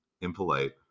impolite